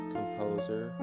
Composer